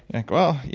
like well,